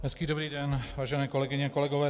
Hezký dobrý den, vážené kolegyně a kolegové.